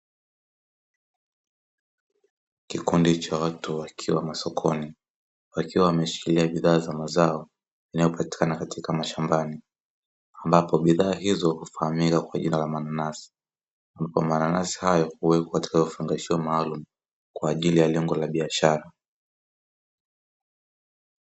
Kikundi cha watu wakiwa masokoni, wakiwa wameshikilia bidhaa za mazao, inayopatikana katika mashambani, ambako, bidhaa hizo hufahamika kwa jina la mananasi, ambapo, mananasi hayo huwekwa katika vifungashio maalumu, kwa ajili ya lengo la biashara.